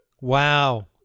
Wow